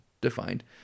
defined